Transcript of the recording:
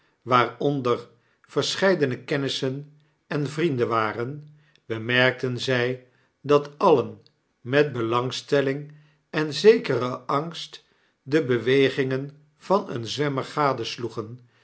waaronder verscheidene kennissen en vrienden waren bemerkten zy dat alien met belangstelling en zekeren angst de bewegingen van een zwemmergadesloegen